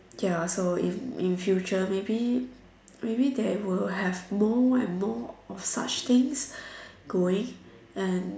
ya so if in future maybe maybe they will have more and more of such things going and